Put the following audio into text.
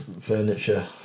furniture